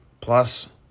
plus